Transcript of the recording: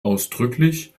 ausdrücklich